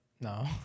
No